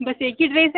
बस एक ही ड्रेस है